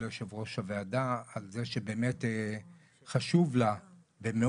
ליושבת ראש הוועדה על זה שבאמת מאוד מאוד